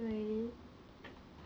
所以 I